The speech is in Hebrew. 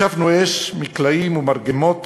השבנו אש מקלעים ומרגמות.